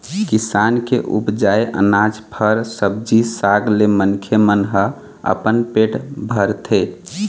किसान के उपजाए अनाज, फर, सब्जी साग ले मनखे मन ह अपन पेट भरथे